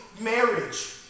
marriage